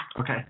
Okay